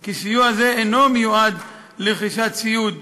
כי סיוע זה אינו מיועד לרכישת ציוד,